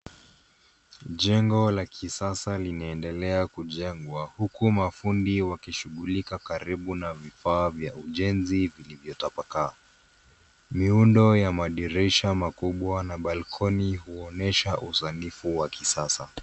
Jengo la kisasa linaendelea kujengwa. Huku mafundi wakishughulika karibu na vifaa vya ujenzi vilivyotapakaa. Miundo ya madirisha makubwa na balikoni huonyesha uzanifu wa kisasa.